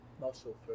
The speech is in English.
Muscle